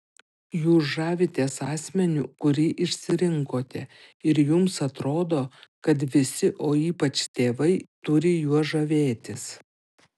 jūs žavitės asmeniu kurį išsirinkote ir jums atrodo kad visi o ypač tėvai turi juo žavėtis